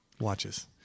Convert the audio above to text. Watches